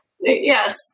yes